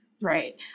Right